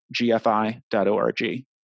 GFI.org